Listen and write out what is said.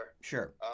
Sure